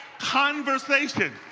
conversation